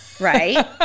Right